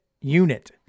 unit